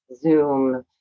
Zoom